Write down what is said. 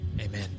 Amen